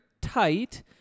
tight